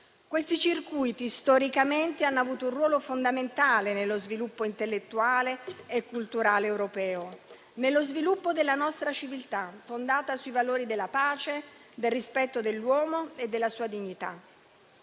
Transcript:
Questi circuiti storicamente hanno avuto un ruolo fondamentale nello sviluppo intellettuale e culturale europeo, nello sviluppo della nostra civiltà fondata sui valori della pace, del rispetto dell'uomo e della sua dignità.